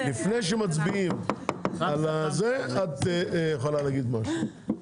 לפני שמצביעים על זה תוכלי להגיד משהו.